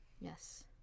yes